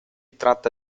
tratta